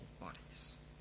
bodies